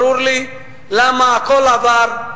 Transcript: ברור לי למה הכול עבר.